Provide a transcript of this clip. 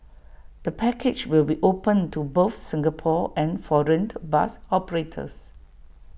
the package will be open to both Singapore and foreign bus operators